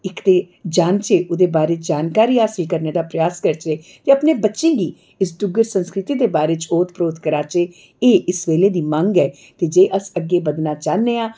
इक ते जानचै ओह्दे बारे च जानकारी हासल करने दा प्रयास करचै ते अपने बच्चें गी इस डुग्गर संस्कृति दे बारे च ओत प्रोत कराचै एह् इस बेल्ले दी मंग ऐ की जे अस अग्गे बधना चाहन्ने आं